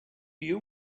you